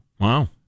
Wow